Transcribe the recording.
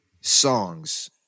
songs